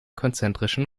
konzentrischen